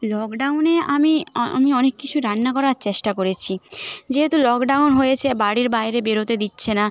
লকডাউনে আমি আমি অনেক কিছু রান্না করার চেষ্টা করেছি যেহেতু লকডাউন হয়েছে বাড়ির বাইরে বেরোতে দিচ্ছে না